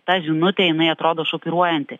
ta žinutė jinai atrodo šokiruojanti